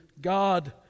God